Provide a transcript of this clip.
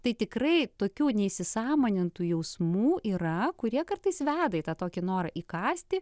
tai tikrai tokių neįsisąmonintų jausmų yra kurie kartais veda į tą tokį norą įkąsti